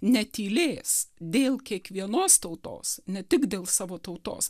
netylės dėl kiekvienos tautos ne tik dėl savo tautos